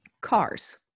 Cars